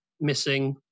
missing